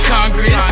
Congress